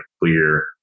clear